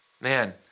man